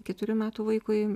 keturių metų vaikui